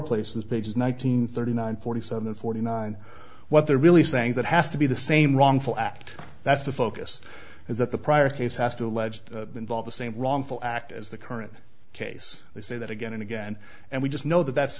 places as big as nine hundred thirty nine forty seven forty nine what they're really saying that has to be the same wrongful act that's the focus is that the prior case has to alleged involve the same wrongful act as the current case they say that again and again and we just know that that's